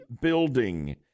building